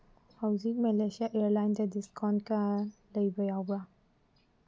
ꯍꯧꯖꯤꯛ ꯃꯂꯦꯁꯤꯌꯥ ꯏꯌꯔ ꯂꯥꯏꯟꯗ ꯗꯤꯁꯀꯥꯎꯟꯀ ꯂꯩꯕ ꯌꯥꯎꯕ꯭ꯔꯥ